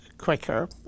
quicker